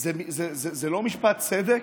זה לא משפט צדק?